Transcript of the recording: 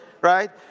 right